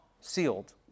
sealed